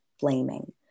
blaming